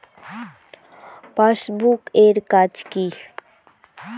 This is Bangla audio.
পাশবুক এর কাজ কি?